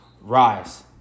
Rise